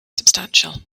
substantial